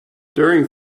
during